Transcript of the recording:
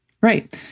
Right